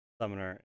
Summoner